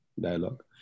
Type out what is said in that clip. Dialogue